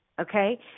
Okay